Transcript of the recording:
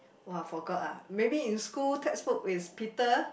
!woah! forgot ah maybe in school textbook is Peter